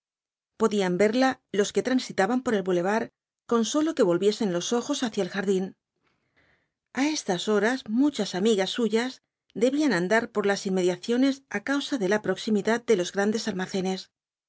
podían verla los que transitaban por el balevar con sólo que volviesen los ojos hacia el jardíh a estas horas muchas amigas suyas debían andar por las inmediaciones á causa de la proximidad de los grandes almacenes